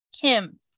kim